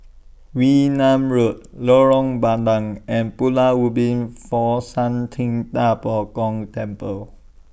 Wee Nam Road Lorong Bandang and Pulau Ubin Fo Shan Ting DA Bo Gong Temple